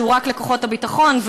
שהוא רק לכוחות הביטחון,